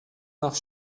nach